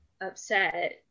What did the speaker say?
upset